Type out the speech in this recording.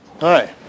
Hi